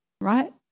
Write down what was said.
right